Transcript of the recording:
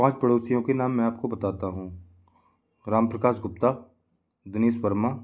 पाँच पड़ोसियों के नाम मैं आपको बताता हूँ राम प्रकाश गुप्ता दिनेश वर्मा